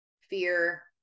fear